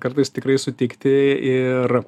kartais tikrai sutikti ir